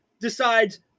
decides